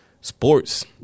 sports